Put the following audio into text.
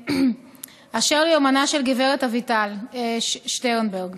אשר ליומנה של גב' אביטל שטרנברג,